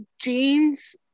jeans